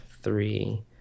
three